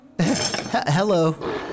Hello